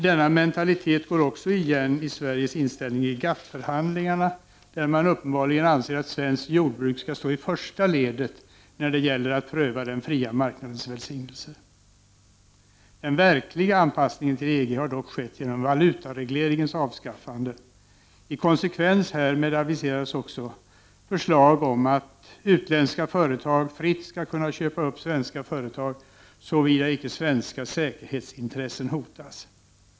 Denna mentalitet går också igen i Sveriges inställning i GATT förhandlingarna, där man uppenbarligen anser att svenskt jordbruk skall stå i första ledet när det gäller att pröva den fria marknadens välsignelser. Den verkliga anpassningen till EG har dock skett genom valutaregleringens avskaffande. I konsekvens härmed aviseras också förslag om att utländska företag fritt skall kunna köpa upp svenska företag, såvida inte svenska säkerhetsintressen hotas.